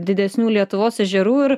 didesnių lietuvos ežerų ir